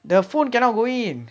the phone cannot go in